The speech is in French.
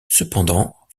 cependant